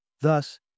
Thus